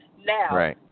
Now